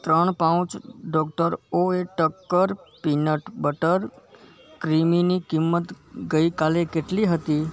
ત્રણ pouch doctor Oetker peanut butter ક્રીમીની કિંમત ગઈ કાલે કેટલી હતી